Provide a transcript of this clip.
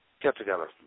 get-together